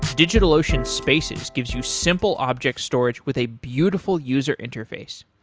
digitalocean spaces gives you simple object storage with a beautiful user interface.